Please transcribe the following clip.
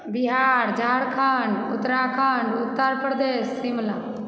Bihar Jharkhand Uttarakhand Uttar Pradesh Shimla